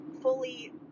fully